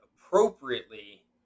appropriately